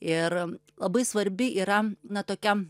ir labai svarbi yra na tokia